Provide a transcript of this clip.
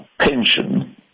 pension